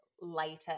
later